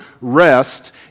rest